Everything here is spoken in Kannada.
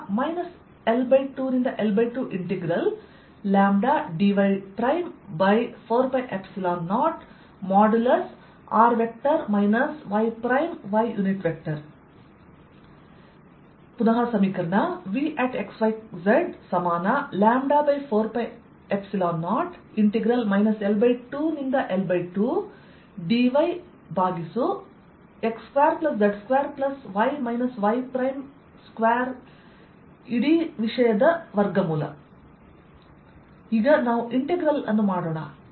Vr L2L2λdy4π0|r yy| Vxyz4π0 L2L2dyx2z2y y2 ಈಗ ನಾವು ಇಂಟೆಗ್ರಲ್ ಅನ್ನು ಮಾಡೋಣ x2z2 ಅನ್ನು ಕೆಲವು 2ಎಂದು ತೆಗೆದುಕೊಳ್ಳೋಣ